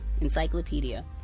encyclopedia